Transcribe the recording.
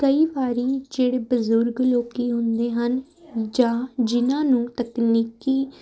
ਕਈ ਵਾਰੀ ਜਿਹੜੇ ਬਜ਼ੁਰਗ ਲੋਕੀ ਹੁੰਦੇ ਹਨ ਜਾਂ ਜਿਹਨਾਂ ਨੂੰ ਤਕਨੀਕੀ